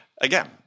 again